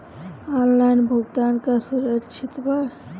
Online भुगतान का सुरक्षित बा?